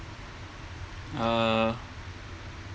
uh